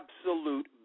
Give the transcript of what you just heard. absolute